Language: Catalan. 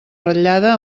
ratllada